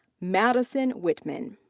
madisson whitman.